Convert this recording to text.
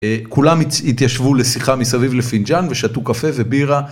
כולם התיישבו לשיחה מסביב לפינג'אן ושתו קפה ובירה.